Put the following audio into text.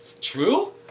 true